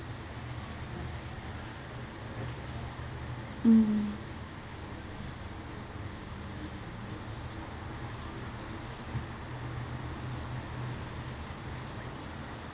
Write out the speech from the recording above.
mm